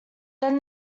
then